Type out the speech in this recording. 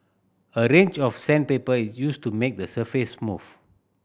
a range of sandpaper is used to make the surface smooth